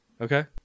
Okay